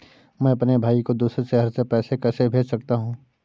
मैं अपने भाई को दूसरे शहर से पैसे कैसे भेज सकता हूँ?